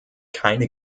keine